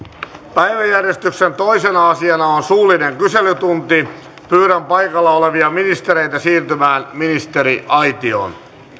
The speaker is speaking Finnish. päiväjärjestyksen toisena asiana on suullinen kyselytunti pyydän paikalla olevia ministereitä siirtymään ministeriaitioon